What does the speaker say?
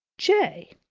j.